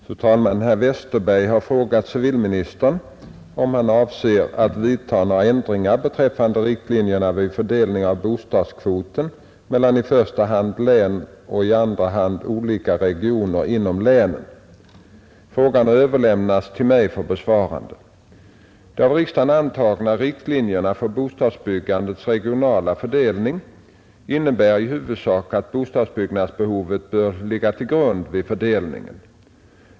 Fru talman! Herr Westberg i Ljusdal har frågat civilministern om han avser att vidta några ändringar beträffande riktlinjerna vid fördelningen av bostadskvoten mellan i första hand länen och i andra hand olika regioner inom länen. Frågan har överlämnats till mig för besvarande. De av riksdagen antagna riktlinjerna för bostadsbyggandets regionala fördelning innebär i huvudsak att bostadsbyggnadsbehovet bör ligga till grund vid fördelningen.